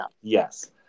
Yes